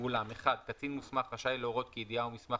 ואולם - קצין מוסמך רשאי להורות כי ידיעה או מסמך